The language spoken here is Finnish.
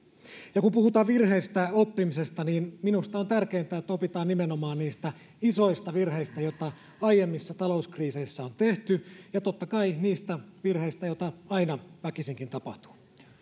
ja kun puhutaan virheistä oppimisesta niin minusta on tärkeintä että opitaan nimenomaan niistä isoista virheistä joita aiemmissa talouskriiseissä on tehty ja totta kai niistä virheistä joita aina väkisinkin tapahtuu